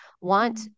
want